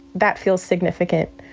that feels significant